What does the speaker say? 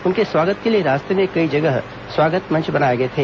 उनके स्वागत के लिए रास्ते में कई जगहों पर स्वागत मंच बनाया गया था